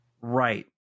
Right